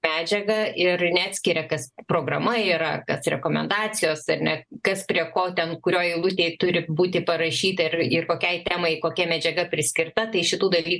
medžiagą ir neatskiria kas programa yra kas rekomendacijos ar ne kas prie ko ten kurioj eilutėj turi būti parašyta ir ir kokiai temai kokia medžiaga priskirta tai šitų daly